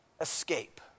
escape